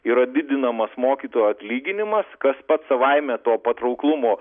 yra didinamas mokytojų atlyginimas kas pats savaime to patrauklumo